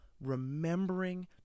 remembering